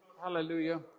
hallelujah